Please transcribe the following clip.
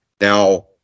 Now